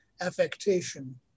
affectation